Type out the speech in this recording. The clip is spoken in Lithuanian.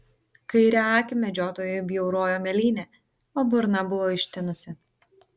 kairę akį medžiotojui bjaurojo mėlynė o burna buvo ištinusi